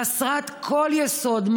חסרת כל יסוד,